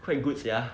quite good sia